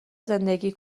زندگی